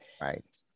right